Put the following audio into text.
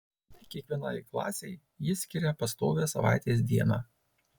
kiekvienai klasei ji skiria pastovią savaitės dieną